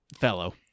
fellow